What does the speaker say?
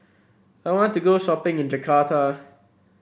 I want to go shopping in Jakarta